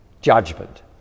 judgment